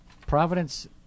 Providence